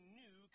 new